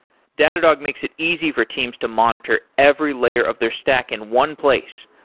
datadog makes it easy for teams to monitor every layer of their stack in one place.